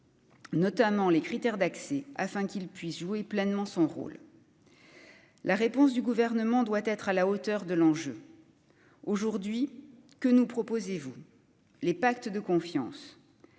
notamment les critères d'accès afin qu'il puisse jouer pleinement son rôle, la réponse du gouvernement doit être à la hauteur de l'enjeu aujourd'hui que nous proposez-vous les pactes de confiance,